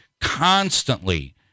constantly